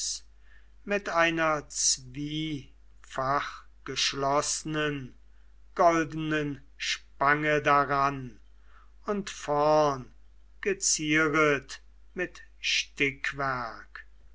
mit einer zwiefachgeschlossnen goldenen spange daran und vorn gezieret mit